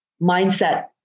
mindset